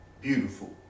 beautiful